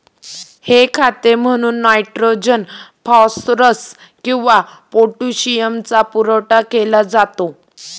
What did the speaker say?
हे खत म्हणून नायट्रोजन, फॉस्फरस किंवा पोटॅशियमचा पुरवठा केला जातो